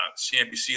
CNBC